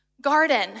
garden